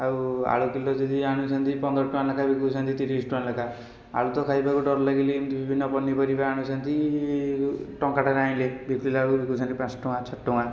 ଆଉ ଆଳୁ କିଲୋ ଯଦି ଆଣୁଛନ୍ତି ପନ୍ଦର ଟଙ୍କା ଲେଖାଁ ବିକୁଛନ୍ତି ତିରିଶ ଟଙ୍କା ଲେଖାଁ ଆଳୁ ତ ଖାଇବାକୁ ଡର ଲାଗିଲାଣି ଏମିତି ବିଭିନ୍ନ ପନିପରିବା ଆଣୁଛନ୍ତି ଟଙ୍କାଟାରେ ଆଣିଲେ ବିକିଲା ବେଳକୁ ବିକୁଛନ୍ତି ପାଞ୍ଚ ଟଙ୍କା ଛଅ ଟଙ୍କା